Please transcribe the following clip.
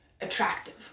attractive